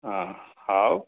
ହଁ ହଉ